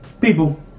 people